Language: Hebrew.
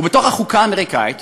ובתוך החוקה האמריקנית